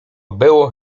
było